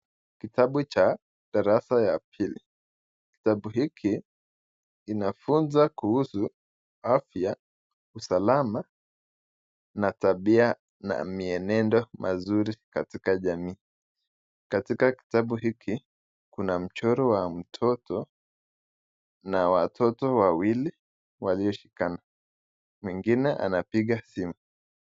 Kitabu cha darasa ya pili, kitabu hiki inafunza kuhusu afya, usalama na tabia na mienendo mazuri katika jamii. Katika kitabu hiki, kuna mchoro wa mtoto na watoto wawili walioshikana ,mwingine anapiga simu.